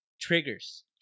Triggers